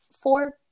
four